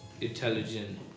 intelligent